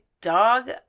dog